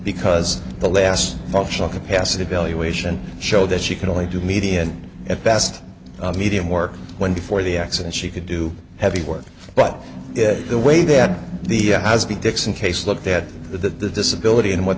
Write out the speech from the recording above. because the last functional capacity valuation show that she can only do median at best medium work when before the accident she could do heavy work but the way that the has been dixon case looked at the disability and what